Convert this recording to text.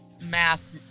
mass